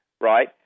right